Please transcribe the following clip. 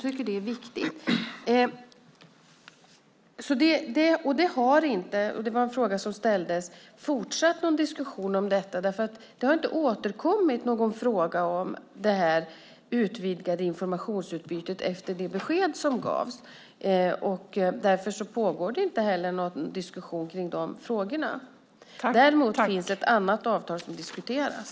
Och det har inte - det var en fråga som ställdes - varit någon fortsatt diskussion om detta, därför att det har inte återkommit någon fråga om det utvidgade informationsutbytet efter det besked som gavs. Därför pågår det inte heller någon diskussion kring de frågorna. Däremot finns ett annat avtal som diskuteras.